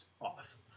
awesome